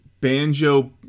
Banjo